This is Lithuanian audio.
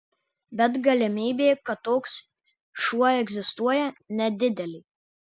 bet galimybė kad toks šuo egzistuoja nedidelė